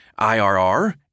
IRR